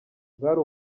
bwari